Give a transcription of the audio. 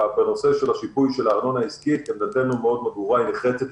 בנושא של שיפוי הארנונה העסקית עמדתנו מאוד ברורה ונחרצת.